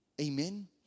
Amen